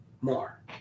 more